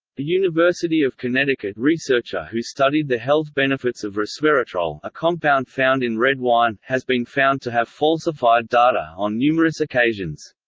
a university of connecticut researcher who studied the health benefits of resveratrol, a compound found in red wine, has been found to have falsified data on numerous occasions.